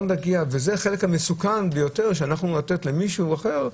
זה החלק המסוכן ביותר של לתת למישהו אחר,